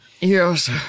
Yes